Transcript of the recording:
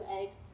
eggs